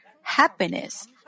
happiness